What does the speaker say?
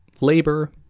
labor